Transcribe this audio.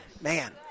man